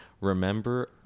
Remember